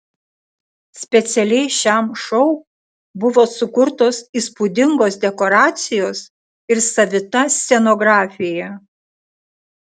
specialiai šiam šou buvo sukurtos įspūdingos dekoracijos ir savita scenografija